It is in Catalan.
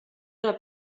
una